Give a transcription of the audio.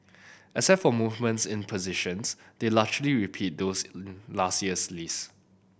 except for movements in positions they largely repeat those last year's list